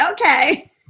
okay